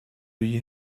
you